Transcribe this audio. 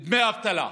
דמי אבטלה.